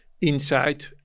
inside